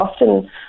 often